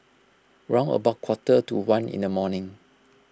round about quarter to one in the morning